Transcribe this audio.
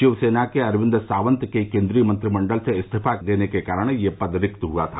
शिवसेना के अरविंद सावंत के केंद्रीय मंत्रिमंडल से इस्तीफा देने के कारण यह पद रिक्त हुआ था